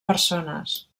persones